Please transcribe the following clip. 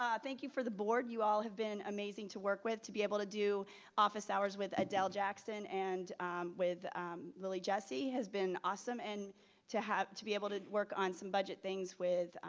um thank you for the board. you all have been amazing to work with to be able to do office hours with adele jackson and with lily jessie has been awesome and to have to be able to work on some budget things with